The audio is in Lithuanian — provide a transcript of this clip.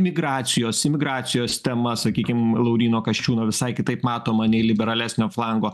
migracijos emigracijos tema sakykim lauryno kasčiūno visai kitaip matoma nei liberalesnio flango